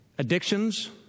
addictions